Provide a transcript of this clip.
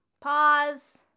Pause